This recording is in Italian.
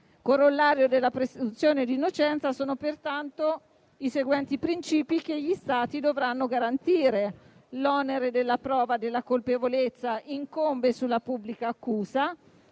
Corollario della presunzione d'innocenza sono pertanto i seguenti principi che gli Stati dovranno garantire: l'onere della prova della colpevolezza incombe sulla pubblica accusa;